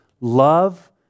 love